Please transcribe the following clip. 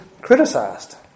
criticized